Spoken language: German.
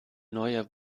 neuer